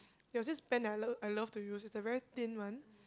there was this pen that I love I love to use is a very thin one